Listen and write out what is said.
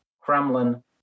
Kremlin